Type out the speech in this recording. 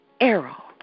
arrow